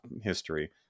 history